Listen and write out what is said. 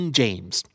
james